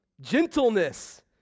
Gentleness